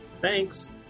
thanks